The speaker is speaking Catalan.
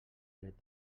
dret